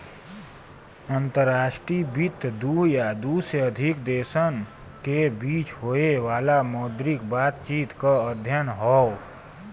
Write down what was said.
अंतर्राष्ट्रीय वित्त दू या दू से अधिक देशन के बीच होये वाला मौद्रिक बातचीत क अध्ययन हौ